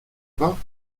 pas